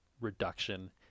reduction